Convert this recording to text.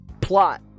plot